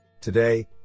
Today